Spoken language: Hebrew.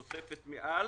תוספת מעל,